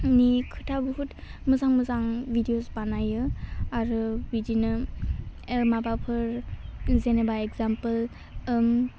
नि खोथा बहुत मोजां मोजां भिडिअस बानायो आरो बिदिनो एल माबाफोर जेनिबा एजामफोल